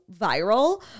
viral